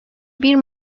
bir